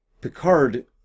Picard